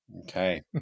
Okay